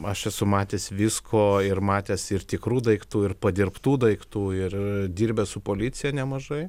aš esu matęs visko ir matęs ir tikrų daiktų ir padirbtų daiktų ir dirbęs su policija nemažai